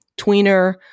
tweener